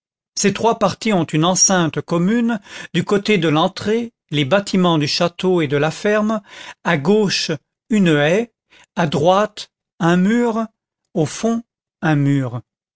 ces trois parties ont une enceinte commune du côté de l'entrée les bâtiments du château et de la ferme à gauche une haie à droite un mur au fond un mur